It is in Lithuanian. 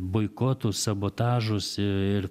boikotus sabotažus ir